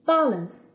Balance